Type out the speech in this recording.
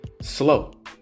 slow